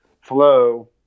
flow